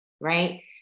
right